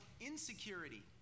insecurity